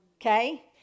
okay